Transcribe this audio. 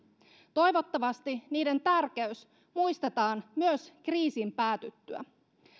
toivottavasti niiden tärkeys muistetaan myös kriisin päätyttyä